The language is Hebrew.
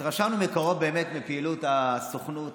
התרשמנו מקרוב באמת מפעילות הסוכנות